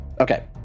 Okay